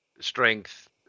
strength